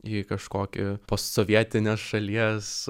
į kažkokį postsovietinės šalies